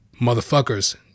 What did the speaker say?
motherfuckers